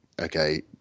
Okay